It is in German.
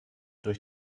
durch